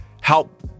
help